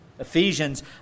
Ephesians